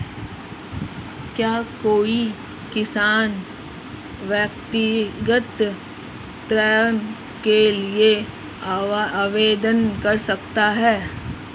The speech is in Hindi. क्या कोई किसान व्यक्तिगत ऋण के लिए आवेदन कर सकता है?